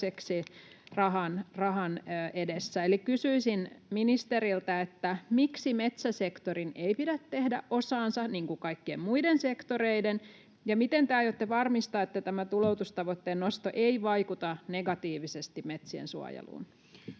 toissijaisiksi rahan edessä. Eli kysyisin ministeriltä: miksi metsäsektorin ei pidä tehdä osaansa niin kuin kaikkien muiden sektoreiden, ja miten te aiotte varmistaa, että tämä tuloutustavoitteen nosto ei vaikuta negatiivisesti metsien suojeluun?